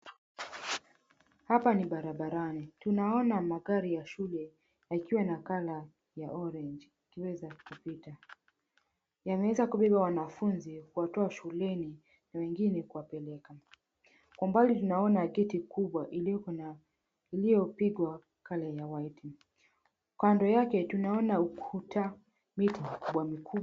Hapa ni barabarani. Tunaona magari ya shule yakiwa na color ya orange ikiweza kupita. Yameweza kubeba wanafunzi kuwatoa shuleni na wengine kuwapeleka. Kwa mbali tunaona geti kubwa iliyoko na iliyopigwa color ya white . Kando yake tunaona ukuta, miti mikubwa mikubwa.